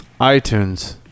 iTunes